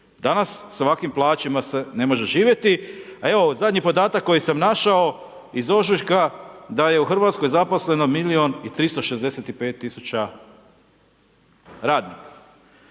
danas sa ovakvim plaćama se ne može živjeti, a evo zadnji podatak koji sam našao iz ožujka da je u RH zaposleno 1 365 000 radnika,